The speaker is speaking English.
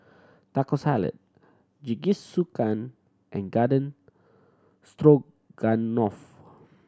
Taco Salad Jingisukan and Garden Stroganoff